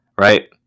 right